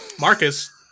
Marcus